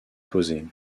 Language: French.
posées